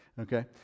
okay